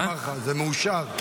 אמר לו: